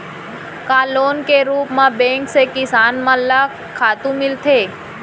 का लोन के रूप मा बैंक से किसान मन ला खातू मिलथे?